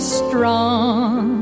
strong